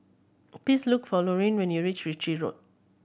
please look for Lorine when you reach Ritchie Road